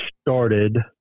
started